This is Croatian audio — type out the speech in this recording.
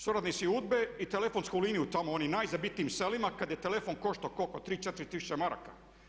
Suradnici UDBA-e i telefonsku liniju tamo u onim najzabitijim selima kad je telefon koštao koliko 3, 4 tisuće maraka.